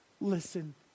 listen